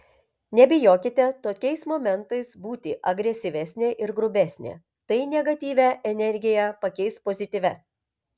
nebijokite tokiais momentais būti agresyvesnė ir grubesnė tai negatyvią energiją pakeis pozityvia